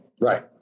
Right